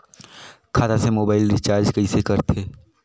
खाता से mobile recharge कइसे करथे